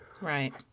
right